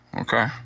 okay